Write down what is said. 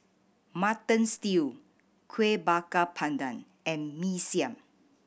Mutton Stew Kueh Bakar Pandan and Mee Siam